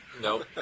Nope